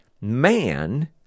man